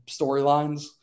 storylines